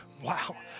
wow